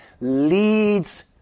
leads